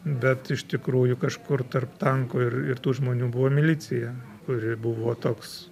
bet iš tikrųjų kažkur tarp tanko ir ir tų žmonių buvo milicija kuri buvo toks